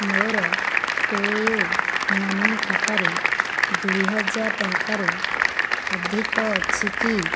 ମୋର PayUmoney ଖାତାରେ ଦୁଇ ହଜାର ଟଙ୍କାରୁ ଅଧିକ ଅଛି କି